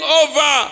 over